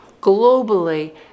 globally